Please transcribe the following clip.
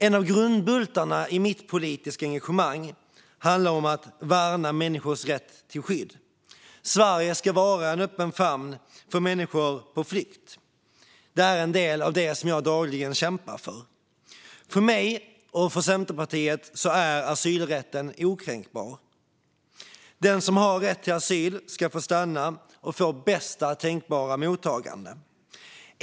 En av grundbultarna i mitt politiska engagemang handlar om att värna människors rätt till skydd. Sverige ska vara en öppen famn för människor på flykt. Det är en del av det som jag dagligen kämpar för. För mig och Centerpartiet är asylrätten okränkbar. Den som har rätt till asyl ska få stanna och få bästa tänkbara mottagande.